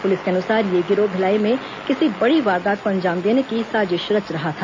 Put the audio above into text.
police के अनुसार यह गिरोह भिलाई में किसी बड़ी वारदात को अंजाम देने की साजिश रच रहा था